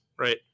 right